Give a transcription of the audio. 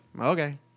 okay